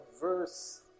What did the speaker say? verse